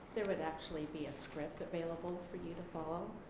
there would actually be a script available for you to follow.